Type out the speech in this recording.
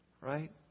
Right